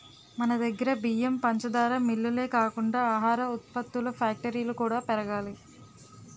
మనదగ్గర బియ్యం, పంచదార మిల్లులే కాకుండా ఆహార ఉత్పత్తుల ఫ్యాక్టరీలు కూడా పెరగాలి